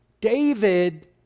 David